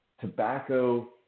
tobacco